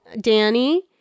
Danny